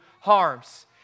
harms